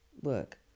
work